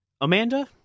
Amanda